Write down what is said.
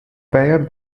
pair